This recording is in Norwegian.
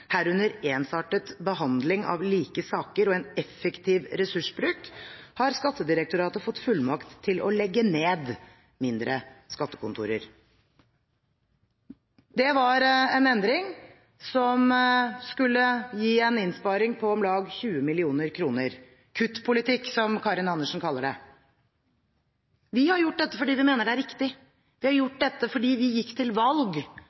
herunder ensartet behandling av like saker, og en effektiv ressursbruk, har Regjeringen gitt Skattedirektoratet fullmakt til å legge ned skattekontorer ...». Det var en endring som skulle gi en innsparing på om lag 20 mill. kr – «kuttpolitikk», som Karin Andersen kaller det. Vi har gjort dette fordi vi mener det er riktig. Vi har gjort dette fordi vi gikk til valg